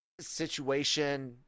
situation